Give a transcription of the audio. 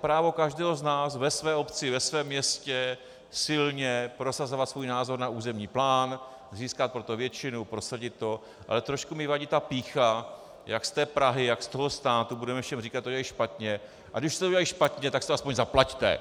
právo každého z nás ve své obci, ve svém městě silně prosazovat svůj názor na územní plán, získat pro to většinu, prosadit to, ale trošku mi vadí ta pýcha, jak z té Prahy, jak z toho státu budeme všem říkat, že to je špatně, a když už jste to udělali špatně, tak si to aspoň zaplaťte.